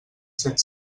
set